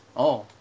oh